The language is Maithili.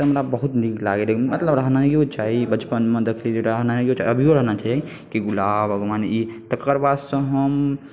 तऽ हमरा बहुत नीक लागैत रहय मतलब रहनाइयो चाही बचपन मे देखली रहनाइ चाही अभियो रहना चाही की गुलाब बागवान ई तकरबाद सऽ हम